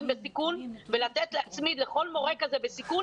בסיכון ולהצמיד לכל מורה כזה בסיכון,